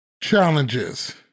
Challenges